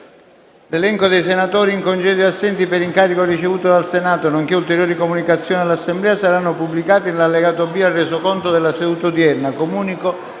L'elenco dei senatori in congedo e assenti per incarico ricevuto dal Senato, nonché ulteriori comunicazioni all'Assemblea saranno pubblicati nell'allegato B al Resoconto della seduta odierna.